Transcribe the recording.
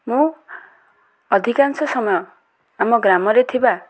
ମୁଁ ଅଧିକାଂଶ ସମୟ ଆମ ଗ୍ରାମରେ ଥିବା